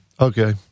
okay